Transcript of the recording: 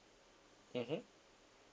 mmhmm